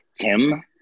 Tim